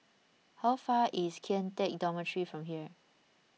how far is Kian Teck Dormitory from here